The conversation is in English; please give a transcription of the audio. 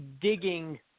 digging